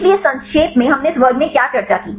इसलिए संक्षेप में हमने इस वर्ग में क्या चर्चा की